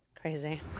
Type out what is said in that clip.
Crazy